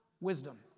Wisdom